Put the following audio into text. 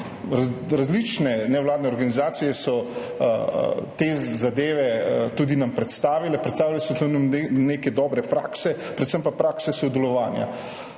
različne nevladne organizacije so te zadeve tudi nam predstavile, predstavljale so tudi neke dobre prakse, predvsem pa prakse sodelovanja.